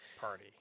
Party